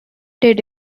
did